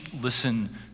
listen